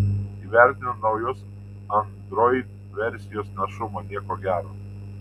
įvertino naujos android versijos našumą nieko gero